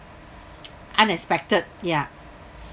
unexpected ya